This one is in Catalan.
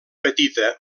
petita